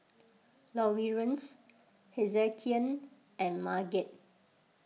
Lawerence Hezekiah and Marget